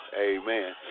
Amen